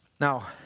Now